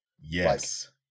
yes